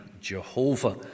Jehovah